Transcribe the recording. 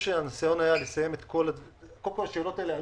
קודם כל, השאלות האלה עלו.